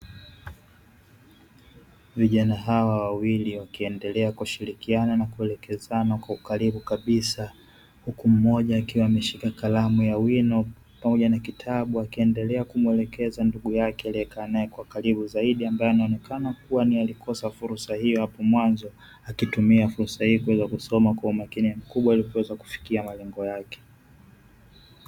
Vijana hawa wawili, wakiendelea kushirikiana na kuelekezana kwa ukaribu kabisa, huku mmoja akiwa ameshika kalamu ya wino pamoja na kitabu, wakiendelea kumwelekeza ndugu yake aliyekaa naye kwa karibu zaidi, ambaye anaonekana kuwa alikosa fursa hiyo hapo mwanzo. Akitumia fursa hii kuweza kusoma kuwa umakini mkubwa ili kuweza kufikia malengo yake.